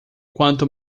quanto